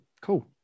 Cool